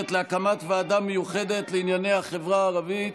להקמת ועדה מיוחדת לענייני החברה הערבית.